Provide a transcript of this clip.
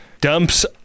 Dumps